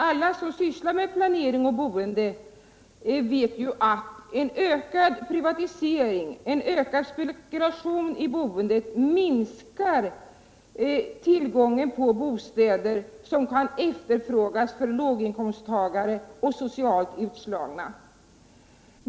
Alla som sysslar med planering och boende vet att en ökad privatisering och en ökad spekulation i boendet minskar tillgången på bostäder som kan efterfrågas av låginkomsttagare och socialt utslagna.